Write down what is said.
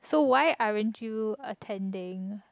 so why aren't you attending